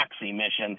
emissions